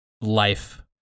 life